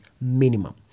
minimum